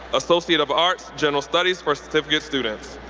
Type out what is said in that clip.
associate of arts, general studies for certificate students.